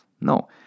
No